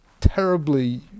terribly